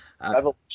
revolution